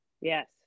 Yes